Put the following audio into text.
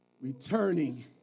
returning